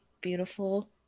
beautiful